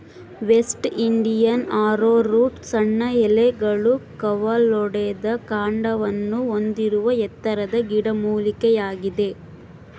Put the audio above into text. West Indian arrowroot ಸಣ್ಣ ಎಲೆಗಳು ಕವಲೊಡೆದ ಕಾಂಡವನ್ನು ಹೊಂದಿರುವ ಎತ್ತರದ ಗಿಡಮೂಲಿಕೆಯಾಗಿದೆ